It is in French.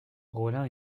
rollin